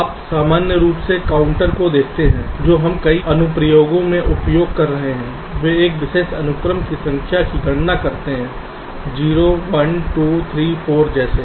आप सामान्य रूप से काउंटरों को देखते हैं जो हम कई अनुप्रयोगों में उपयोग करते हैं वे एक विशेष अनुक्रम में संख्याओं की गणना करते हैं 0 1 2 3 4 जैसे